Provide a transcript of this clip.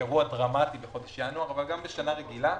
אירוע דרמטי בחודש ינואר, אבל גם בשנה רגילה,